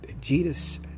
Jesus